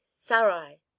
sarai